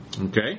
Okay